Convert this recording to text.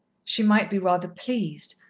she might be rather pleased,